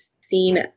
seen